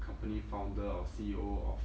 company founder or C_E_O of